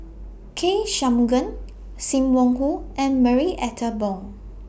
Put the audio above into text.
K Shanmugam SIM Wong Hoo and Marie Ethel Bong